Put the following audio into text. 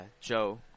joe